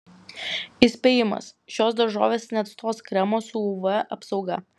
įspėjimas šios daržovės neatstos kremo su uv apsauga